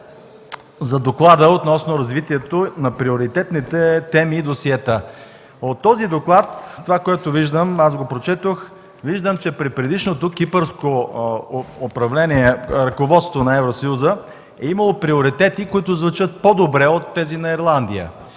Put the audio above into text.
за доклада относно развитието на приоритетните теми и досиета. От този доклад, аз го прочетох, виждам, че при предишното Кипърско ръководство на Евросъюза е имало приоритети, които звучат по-добре от тези на Ирландия.